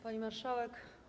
Pani Marszałek!